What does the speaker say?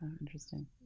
Interesting